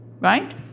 right